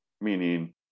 Meaning